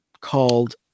called